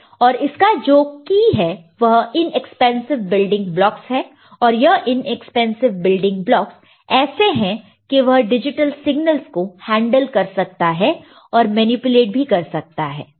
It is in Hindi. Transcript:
और इसका जो की है वह इनएक्सपेंसिव बिल्डिंग ब्लॉक्स है और यह इनएक्सपेंसिव बिल्डिंग ब्लॉक्स ऐसे हैं कि वह डिजिटल सिगनल्स को हैंडल कर सकता है और मैनिपुलेट भी कर सकता है